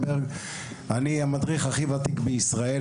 אני המדריך הכי ותיק בישראל,